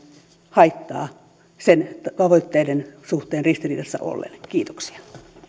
haittaa sen tavoitteiden suhteen ristiriidassa ollen kiitoksia